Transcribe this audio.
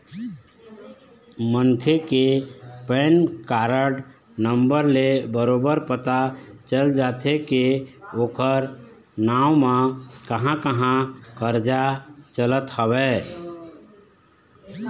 मनखे के PAN card number ले बरोबर पता चल जाथे के ओखर नांव म कहाँ कहाँ करजा चलत हवय